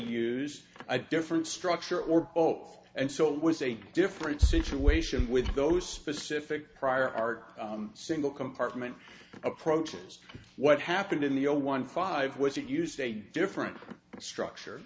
use a different structure or both and so it was a different situation with those specific prior art single compartment approaches what happened in the zero one five was it used a different structure